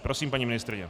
Prosím, paní ministryně.